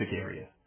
area